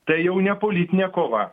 tai jau ne politinė kova